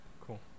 Cool